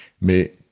mais